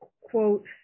quote